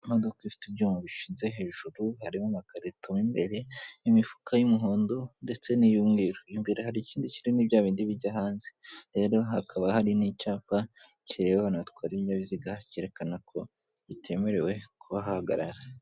Imodoka ifite ibyuma bishyi hejuru harimo amakarito mu imbere n'imifuka y'umuhondo ndetse n'iy'umweru, imbere hari ikindi kinini bya bindi bijya hanze rero hakaba hari n'icyapa kireba abantu batwara ibinyabiziga cyerekana ko bitemerewe kubahagarara.